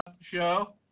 show